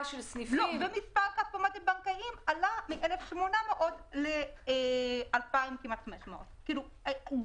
ומספר הכספומטים הבנקאיים עלה מ-1,800 לכמעט 2,500. זאת אומרת